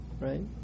right